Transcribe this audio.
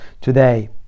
today